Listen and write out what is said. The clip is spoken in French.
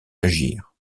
agir